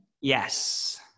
Yes